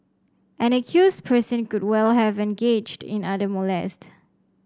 an accused person could well have engaged in other molest